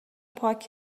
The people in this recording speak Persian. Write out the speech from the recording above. پاک